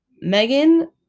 Megan